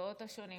המקצועות השונים,